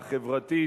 החברתית,